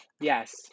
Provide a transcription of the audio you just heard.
Yes